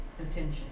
attention